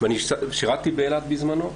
ושירתי באילת בזמנו,